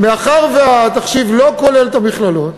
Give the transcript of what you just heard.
מאחר שהתחשיב לא כולל את המכללות,